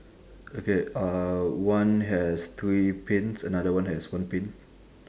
okay uh one has three pins another one has one pin